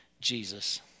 Jesus